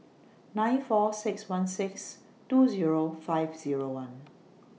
nine four six one six two Zero five Zero one